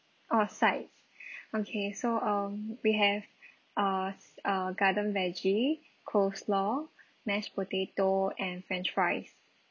ah sides okay so um we have us uh garden veggie coleslaw mashed potato and french fries